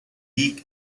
weak